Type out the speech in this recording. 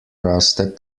raste